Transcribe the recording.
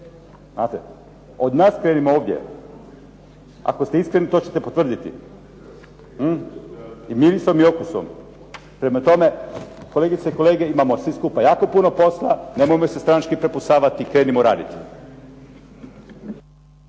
Od nas krenimo ovdje. Ako ste iskreni, to ćete potvrditi i mirisom i okusom. Prema tome, kolegice i kolege, imamo svi skupa jako puno posla, nemojmo se stranački prepucavati, krenimo raditi.